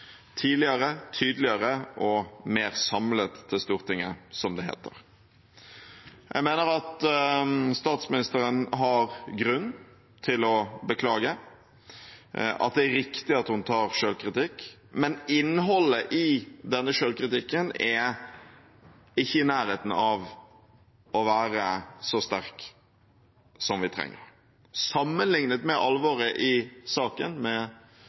tidligere, tydeligere og mer samlet til Stortinget, som det heter. Jeg mener at statsministeren har grunn til å beklage, at det er riktig at hun tar selvkritikk, men innholdet i denne selvkritikken er ikke i nærheten av å være så sterkt som det vi trenger. Sammenlignet med alvoret i saken, med